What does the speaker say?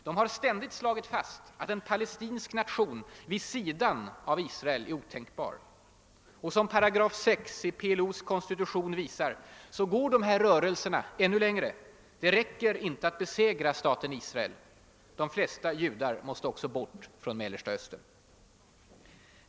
De har ständigt slagit fast att en palestinsk nation vid sidan av Israel är otänkbar. Och som paragraf 6 i PLO:s konstitution visar går de här rörelserna ännu längre. Det räcker inte att besegra staten Israel — de flesta judar måste också bort från Mellersta Östern.